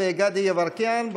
על גדי יברקן.